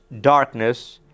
darkness